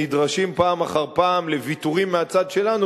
נדרשים פעם אחר פעם לוויתורים מהצד שלנו,